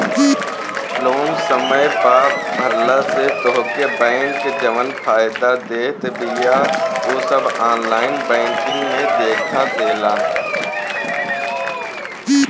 loan समय पअ भरला से तोहके बैंक जवन फायदा देत बिया उ सब ऑनलाइन बैंकिंग में देखा देला